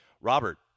Robert